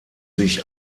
sich